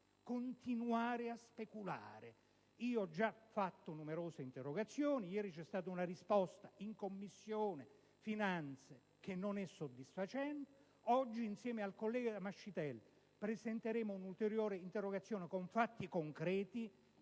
continuare a speculare. Ho già presentato numerose interrogazioni: ieri c'è stata una risposta in Commissione finanze, che non è soddisfacente. Oggi, insieme al collega Mascitelli, presenteremo un'ulteriore interrogazione con fatti concreti.